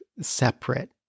separate